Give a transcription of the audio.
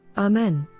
amen.